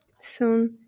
Son